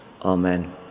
Amen